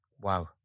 Wow